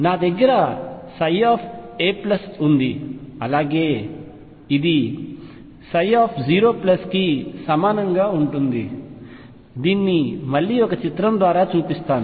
నా దగ్గర ψ a ఉంది అలాగే ఇది eikaψ0 కి సమానంగా ఉంటుంది దీన్ని మళ్లీ ఒక చిత్రం ద్వారా చూపిస్తాను